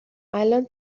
الان